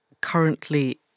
currently